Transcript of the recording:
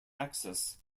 access